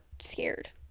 scared